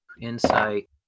Insight